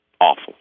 awful